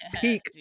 peak